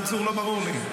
מנסור, לא ברור לי.